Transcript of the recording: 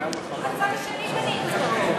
בצד השני בנית תהום.